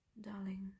Darling